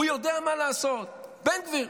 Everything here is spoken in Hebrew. הוא יודע מה לעשות, בן גביר.